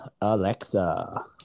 Alexa